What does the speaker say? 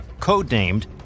codenamed